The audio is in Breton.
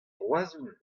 roazhon